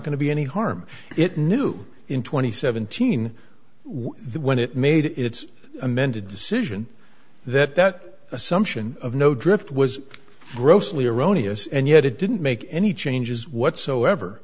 going to be any harm it knew in two thousand and seventeen when it made its amended decision that that assumption of no drift was grossly erroneous and yet it didn't make any changes whatsoever